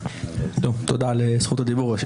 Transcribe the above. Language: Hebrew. תודה, על זכות הדיבור.